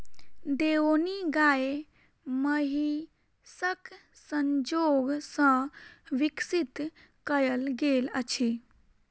देओनी गाय महीसक संजोग सॅ विकसित कयल गेल अछि